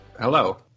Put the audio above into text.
Hello